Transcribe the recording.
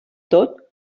tot